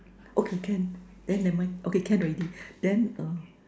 okay can then never mind okay can already then uh